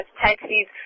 taxis